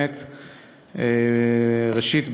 ראשית,